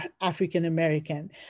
African-American